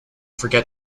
forget